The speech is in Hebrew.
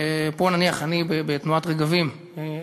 אני, בתנועת "רגבים"